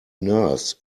nurse